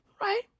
right